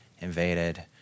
invaded